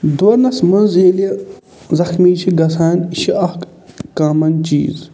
دورنَس منٛز ییٚلہِ زخمی چھِ گژھان یہِ چھِ اَکھ کامَن چیٖز